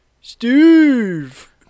Steve